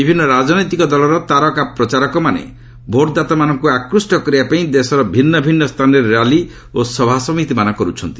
ବିଭିନ୍ନ ରାଜନୈତିକ ଦଳର ତାରକା ପ୍ରଚାରକମାନେ ଭୋଟ୍ଦାତାମାନଙ୍କୁ ଆକୃଷ୍ଟ କରିବା ପାଇଁ ଦେଶର ଭିନ୍ନ ଭିନ୍ନ ସ୍ଥାନରେ ର୍ୟାଲି ଓ ସଭାସମିତିମାନ କରୁଛନ୍ତି